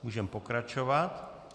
Můžeme pokračovat.